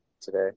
today